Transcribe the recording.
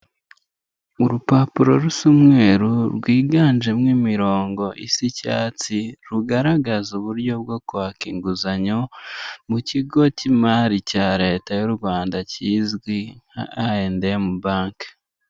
Urupapuro rusa umweru, rwiganjemo imirongo isa icyatsi, rugaragaza uburyo bwo kwaka inguzanyo mu kigo k'imari cya Leta kizwi nka I&M banke